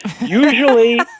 usually